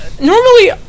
normally